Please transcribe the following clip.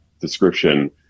description